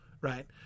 right